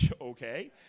okay